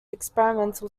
experimental